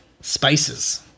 spices